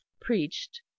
preached